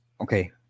Okay